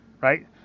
right